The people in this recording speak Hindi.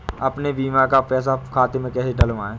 अपने बीमा का पैसा खाते में कैसे डलवाए?